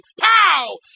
Pow